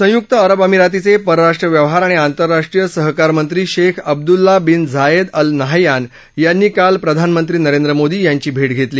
संयुक्त अरब अमिरातीचे परराष्ट्र व्यवहार आणि आंतरराष्ट्रीय सहकारमंत्री Sheikh Abdullah bin Zayed al नद्यान यांनी काल प्रधानमंत्री नरेंद्र मोदी यांची भेट घेतली